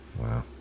Wow